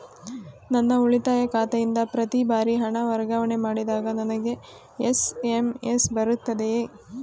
ನನ್ನ ಉಳಿತಾಯ ಖಾತೆಯಿಂದ ಪ್ರತಿ ಬಾರಿ ಹಣ ವರ್ಗಾವಣೆ ಮಾಡಿದಾಗ ನನಗೆ ಎಸ್.ಎಂ.ಎಸ್ ಬರುತ್ತದೆಯೇ?